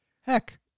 Heck